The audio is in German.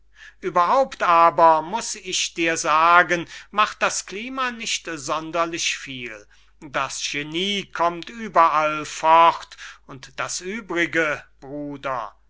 überhaupt aber muß ich dir sagen macht das klima nicht sonderlich viel das genie kommt überall fort und das übrige bruder